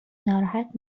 ناراحت